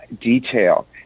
detail